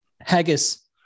haggis